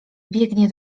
biegnie